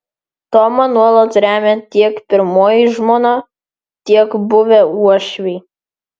tomą nuolat remia tiek pirmoji žmona tiek buvę uošviai